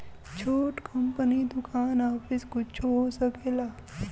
छोट कंपनी दुकान आफिस कुच्छो हो सकेला